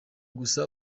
gusa